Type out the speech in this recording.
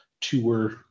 tour